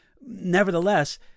Nevertheless